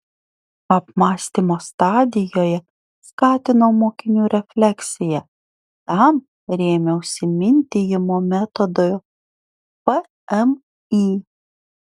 apmąstymo stadijoje skatinau mokinių refleksiją tam rėmiausi mintijimo metodu pmį